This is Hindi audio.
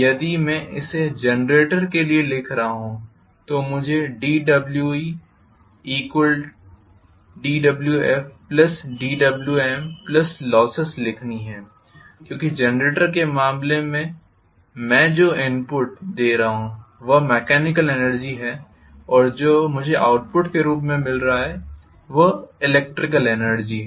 यदि मैं इसे जेनरेटर के लिए लिख रहा हूँ तो मुझे dWedWfdWmlosses लिखनी हैं क्योंकि जेनरेटर के मामले में मैं जो इनपुट दे रहा हूँ वह मेकेनिकल एनर्जी है और जो मुझे आउटपुट के रूप में मिल रहा है वह इलेक्ट्रिकल एनर्जी है